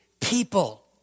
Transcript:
people